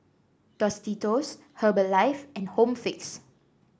Tostitos Herbalife and Home Fix